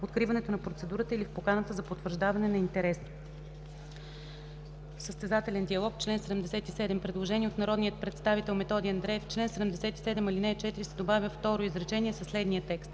откриването на процедурата или в поканата за потвърждаване на интерес.” Член 77 – „Състезателен диалог” – предложение от народния представител Методи Андреев: „В чл. 77, ал. 4 се добавя второ изречение със следния текст: